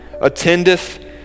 attendeth